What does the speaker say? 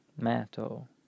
metal